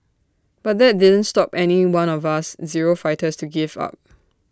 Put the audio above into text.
but that didn't stop any one of us zero fighters to give up